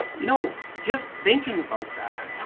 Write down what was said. you know just thinking about that,